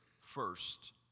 first